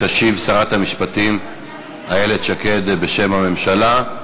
תשיב שרת המשפטים איילת שקד, בשם הממשלה.